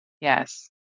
Yes